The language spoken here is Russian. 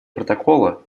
протокола